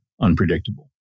unpredictable